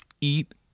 eat